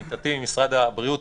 עמיתתי ממשרד הבריאות,